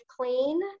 clean